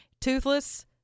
Toothless